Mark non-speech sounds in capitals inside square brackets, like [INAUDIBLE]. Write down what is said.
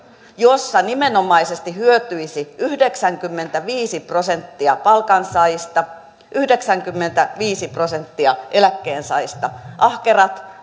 jossa nimenomaisesti hyötyisi yhdeksänkymmentäviisi prosenttia palkansaajista yhdeksänkymmentäviisi prosenttia eläkkeensaajista ahkerat [UNINTELLIGIBLE]